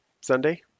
Sunday